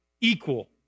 equal